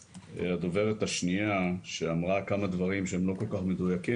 גם הרבה פעמים מבטיחים לה שגם אם היא לא תיכנס בפעם הראשונה,